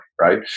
right